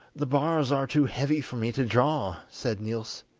the bars are too heavy for me to draw said niels